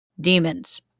Demons